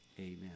amen